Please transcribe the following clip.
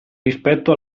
rispetto